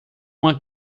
uma